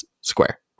square